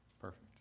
perfect